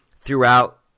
throughout